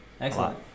Excellent